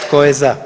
Tko je za?